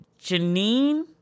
Janine